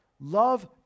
Love